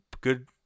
good